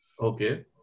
Okay